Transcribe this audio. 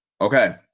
Okay